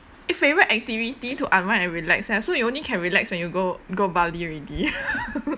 eh favourite activity to unwind and relax leh so you only can relax when you go go bali already